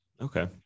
Okay